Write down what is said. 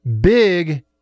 big